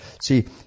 See